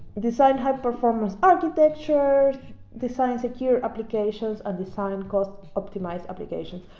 design high-performance architecture design secure applications and design cost optimize applications.